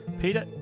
Peter